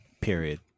Period